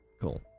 cool